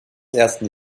ersten